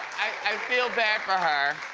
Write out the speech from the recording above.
i feel bad for her.